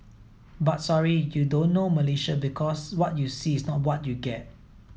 but sorry you don't know Malaysia because what you see is not what you get